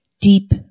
Deep